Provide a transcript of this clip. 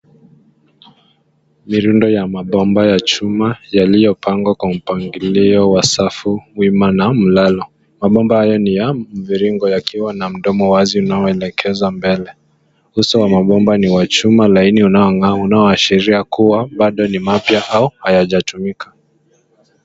Mirundo ya mabomba ya chuma, yaliyo pangwa kwa mpangilio wa safu, wima na mulalo. Mabomba hayo ni ya mviringo yakiwa na mdomo wazi unao elekeza mbele. Uso wa mabomba ni wa chuma, laini unao ng'aa unao ashiria kuwa, bado ni mapya au hayaja tumika.